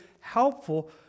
helpful